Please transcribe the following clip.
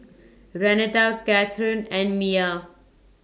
Renata Cathern and Miya